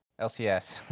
LCS